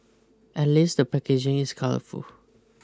at least the packaging is colourful